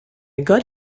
got